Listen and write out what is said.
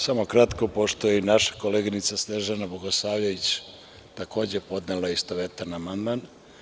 Samo kratko, pošto je naša koleginica Snežana Bogosavljević, takođe, podnela istovetan amandman.